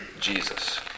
Jesus